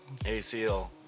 ACL